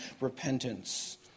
repentance